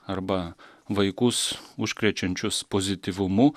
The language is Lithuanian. arba vaikus užkrečiančius pozityvumu